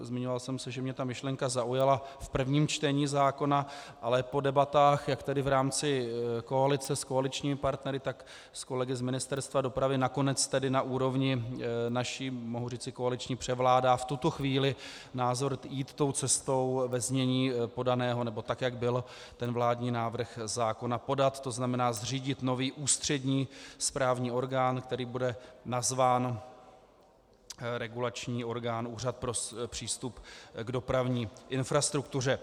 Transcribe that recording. Zmiňoval jsem se, že mě ta myšlenka zaujala v prvním čtení zákona, ale po debatách jak tady v rámci koalice s koaličními partnery, tak s kolegy z Ministerstva dopravy nakonec tedy na úrovni naší, mohu říci koaliční, převládá v tuto chvíli názor jít tou cestou, jak byl vládní návrh zákona podán, to znamená zřídit nový ústřední správní orgán, který bude nazván regulační orgán, úřad pro přístup k dopravní infrastruktuře.